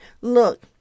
look